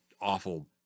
awful